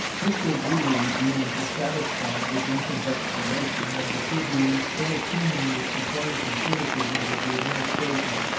mr. greeley being dissatisfied with lincoln's explanation, and the tribune still teeming with complaints and criticisms of the administration,